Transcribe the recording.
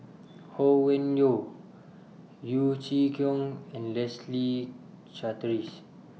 Ho Yuen Hoe Yeo Chee Kiong and Leslie Charteris